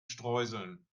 streuseln